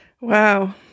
Wow